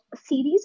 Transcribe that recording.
series